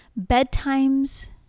Bedtimes